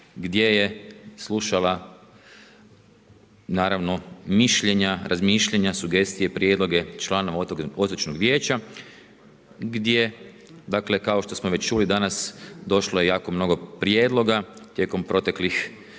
gdje je slušala naravno mišljenja, razmišljanja, sugestije, prijedloga članova otočnog vijeća gdje dakle kao što smo već čuli danas, došlo je jako mnogo prijedloga tijekom proteklih